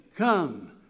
Come